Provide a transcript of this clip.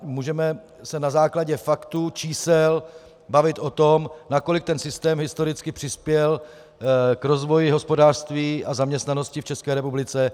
Můžeme se na základě faktů, čísel, bavit o tom, nakolik ten systém historicky přispěl k rozvoji hospodářství a k zaměstnanosti v České republice.